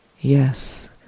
yes